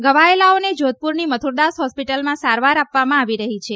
ઘવાયેલાઓને જોધપુરની મથુરદાસ હોસ્પિટલમાં સારવાર આપવામાં આવી રહી છે